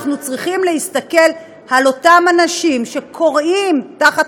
אנחנו צריכים להסתכל על אותם אנשים שכורעים תחת